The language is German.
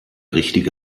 richtige